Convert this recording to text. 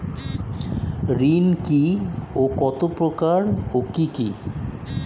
ঋণ কি ও কত প্রকার ও কি কি?